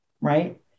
Right